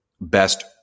best